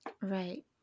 Right